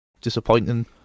Disappointing